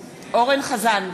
חזן,